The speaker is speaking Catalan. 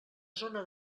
zona